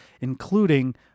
including